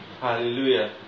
Hallelujah